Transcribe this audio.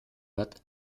hat